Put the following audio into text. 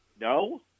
No